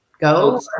go